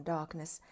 Darkness